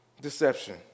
deception